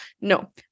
No